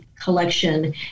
collection